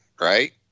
right